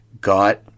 got